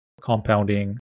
compounding